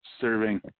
serving